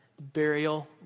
burial